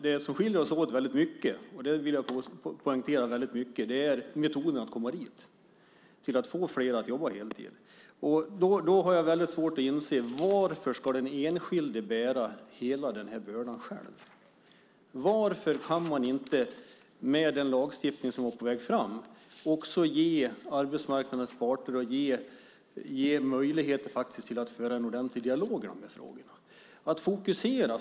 Det som skiljer oss åt väldigt mycket - det vill jag poängtera - är metoderna att komma dit, att få fler att jobba heltid. Jag har väldigt svårt att inse varför den enskilde ska bära hela den här bördan själv. Varför kan man inte med den lagstiftning som var på väg fram också ge arbetsmarknadens parter möjligheter till att föra en ordentlig dialog i den här frågan, att fokusera?